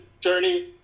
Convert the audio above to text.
journey